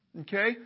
okay